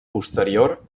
posterior